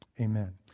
amen